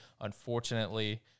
unfortunately